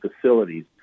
facilities